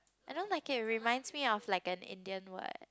I don't like it reminds me of like an Indian word